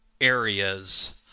areas